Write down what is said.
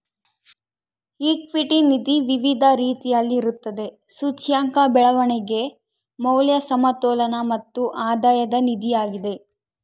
equity ನಿಧಿ ವಿವಿಧ ರೀತಿಯಲ್ಲಿರುತ್ತದೆ, ಸೂಚ್ಯಂಕ, ಬೆಳವಣಿಗೆ, ಮೌಲ್ಯ, ಸಮತೋಲನ ಮತ್ತು ಆಧಾಯದ ನಿಧಿಯಾಗಿದೆ